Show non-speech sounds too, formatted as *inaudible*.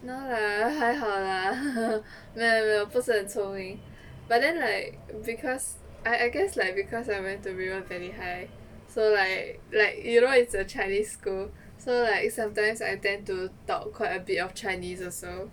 no lah 还好 lah *laughs* 我不是很聪明 but then like because I I guess like because I went to river valley high so like like you know it's a chinese school so like sometimes I tend to talk quite a bit of chinese also